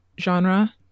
genre